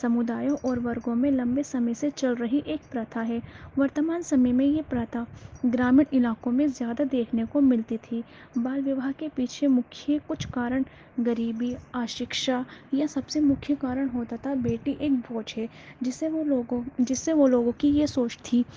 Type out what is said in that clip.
سمدایوں اور ورگوں میں لمبے سمے سے چل رہی ایک پرتھا ہے ورتمان سمے میں یہ پرتھا گرامین علاقوں میں زیادہ دیکھنے کو ملتی تھی بال وواہ کے پیچھے مکھیہ کچھ کارن غریبی اشکشا یا سب سے مکھیہ کارن ہوتا تھا بیٹی ایک بوجھ ہے جسے وہ لوگوں جس سے وہ لوگوں کی یہ سوچ تھی